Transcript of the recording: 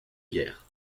guerre